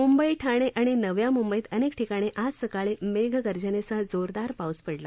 मुंबई ठाणे आणि नव्या मुंबईत अनेक ठिकाणी आज सकाळी मेघगर्जनेसह जोरदार पाऊस पडला